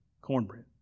cornbread